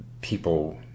people